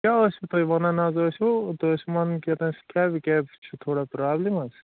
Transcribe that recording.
کیٛاہ ٲسِو تُہۍ وَنان حظ ٲسۍوٕ تُہۍ ٲسِو وَنان کیٛاہ تھام سِکیب وٕکیب سۭتۍ چھِ تھوڑا پرٛابلِم حظ